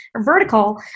vertical